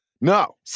No